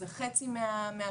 זה חצי מהפתרון.